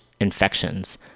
infections